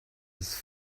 ist